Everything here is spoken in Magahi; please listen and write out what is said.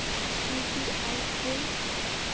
यु.पी.आई कोई